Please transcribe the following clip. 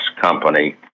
company